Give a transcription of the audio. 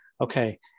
okay